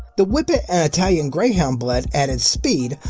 the whippet and italian greyhound blood added speed,